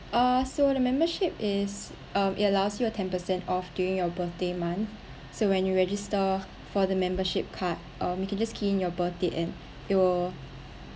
ah so the membership is um it allows you ten percent off during your birthday month so when you register for the membership card um you can just key in your birth date and it will